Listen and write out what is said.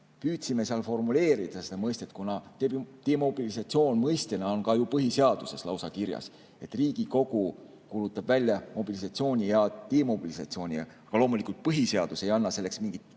püüdsime seal formuleerida seda mõistet, kuna demobilisatsioon mõistena on ka põhiseaduses lausa kirjas, et Riigikogu kuulutab välja mobilisatsiooni ja demobilisatsiooni. Loomulikult põhiseadus ei anna selleks mingit